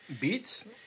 beats